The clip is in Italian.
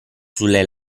sulle